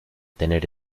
tener